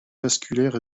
vasculaire